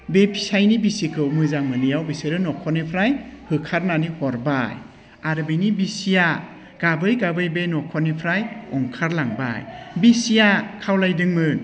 बे फिसायनि बिसिखौ मोजांमोनियाव बिसोरो न'खरनिफ्राय होखारनानै हरबाय आरो बिनि बिसिया गाबै गाबै बे न'खरनिफ्राय ओंखारलांबाय बिसिया खावलायदोंमोन